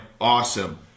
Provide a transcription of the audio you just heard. awesome